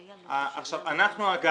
אנחנו, אגב,